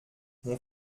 mon